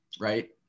right